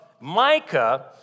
Micah